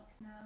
now